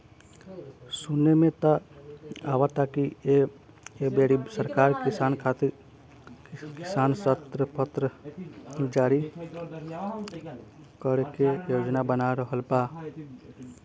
सुने में त आवता की ऐ बेरी सरकार किसान खातिर किसान ऋण पत्र जारी करे के योजना बना रहल बा